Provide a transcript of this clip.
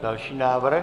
Další návrh.